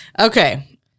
Okay